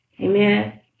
Amen